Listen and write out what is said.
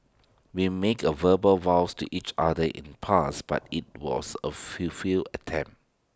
we make A verbal vows to each other in the past but IT was A full feel attempt